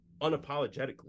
unapologetically